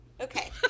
Okay